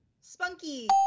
Spunky